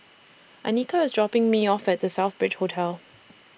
Annika IS dropping Me off At The Southbridge Hotel